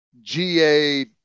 GA